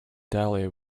dahlia